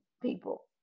people